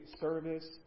service